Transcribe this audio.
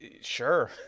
Sure